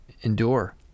endure